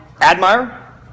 Admire